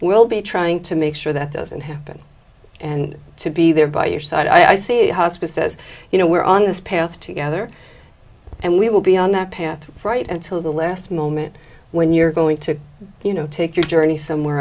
we'll be trying to make sure that doesn't happen and to be there by your side i say hospice says you know we're on this path together and we will be on that path right until the last moment when you're going to you know take your journey somewhere